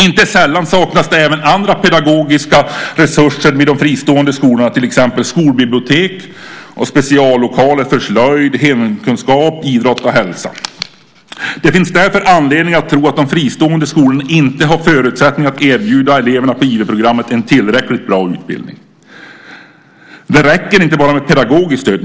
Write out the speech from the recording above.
Inte sällan saknas det även andra pedagogiska resurser vid de fristående skolorna, till exempel skolbibliotek och speciallokaler för slöjd, hemkunskap, idrott och hälsa. Det finns därför anledning att tro att de fristående skolorna inte har förutsättningar att erbjuda eleverna på IV-programmet en tillräckligt bra utbildning. Det räcker inte med bara pedagogiskt stöd.